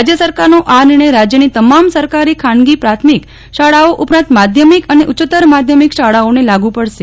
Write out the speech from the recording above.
રાજ્ય સરકારનો આ નિર્ણય રાજ્યની તમામ સરકારી ખાનગી પ્રાથમિક શાળાઓ ઉપરાંત માધ્યમિક અને ઉચ્ચતર માધ્યમિક શાળાઓને લાગ્ ્પડશે